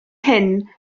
hyn